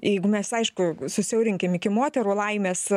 jeigu mes aišku susiaurinkim iki moterų laimės